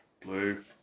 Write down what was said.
blue